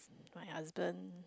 my husband